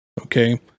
okay